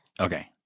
okay